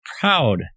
proud